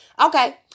Okay